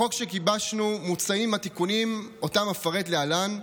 בחוק שגיבשנו מוצעים התיקונים שאפרט להלן,